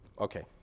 Okay